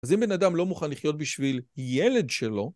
אז אם בן אדם לא מוכן לחיות בשביל ילד שלו...